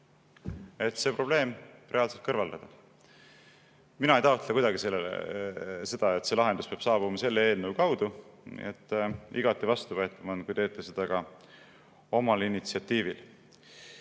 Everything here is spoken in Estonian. see probleem reaalselt kõrvaldada. Mina ei taotle kuidagi seda, et see lahendus peab saabuma selle eelnõu kaudu, igati vastuvõetav on, kui teete seda omal initsiatiivil.